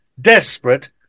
desperate